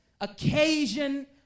occasion